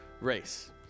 race